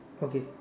okay